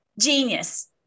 Genius